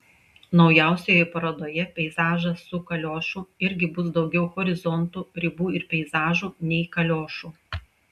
naujausioje parodoje peizažas su kaliošu irgi bus daugiau horizontų ribų ir peizažų nei kaliošų